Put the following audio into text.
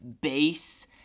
base